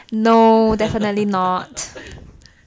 no definitely not